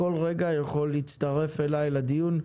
אבל בכל רגע אתה יכול להצטרף אליי לדיון.